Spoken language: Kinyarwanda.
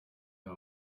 aya